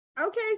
okay